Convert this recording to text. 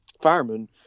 fireman